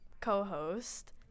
co-host